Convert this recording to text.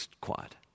quiet